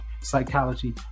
psychology